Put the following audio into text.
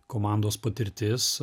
komandos patirtis